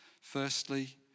Firstly